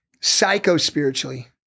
psycho-spiritually